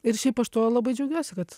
ir šiaip aš tuo labai džiaugiuosi kad